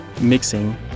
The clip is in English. mixing